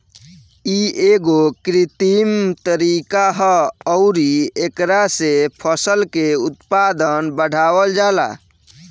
इ एगो कृत्रिम तरीका ह अउरी एकरा से फसल के उत्पादन बढ़ावल जाला